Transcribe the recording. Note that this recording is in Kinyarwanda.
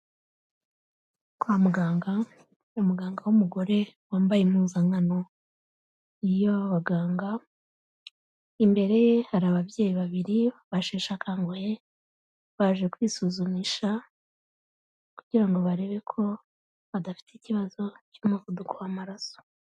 Kwa muganga, umuganga w'umugore wambaye impuzankano y'abaganga, imbere ye hari ababyeyi babiri basheshe akanguhe, baje kwisuzumisha, kugira ngo barebe ko badafite ikibazo cy'umuvuduko w'amaraso.